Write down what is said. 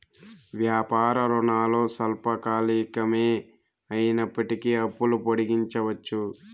వ్యాపార రుణాలు స్వల్పకాలికమే అయినప్పటికీ అప్పులు పొడిగించవచ్చు